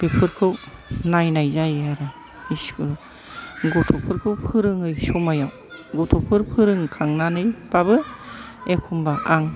बेफोरखौ नायनाय जायो आरो स्कुल गथ'फोरखौ फोरोङै समायाव गथ'फोर फोरोंखांनानैबाबो एखनबा आं